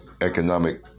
economic